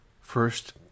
first